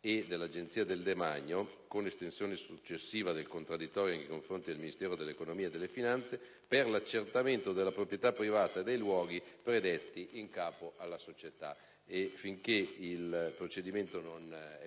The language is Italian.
dell'Agenzia del demanio - con estensione successiva del contraddittorio anche nei confronti del Ministero dell'economia e delle finanze - per l'accertamento della proprietà privata dei luoghi predetti in capo alla società. E finché il procedimento